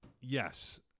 Yes